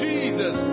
Jesus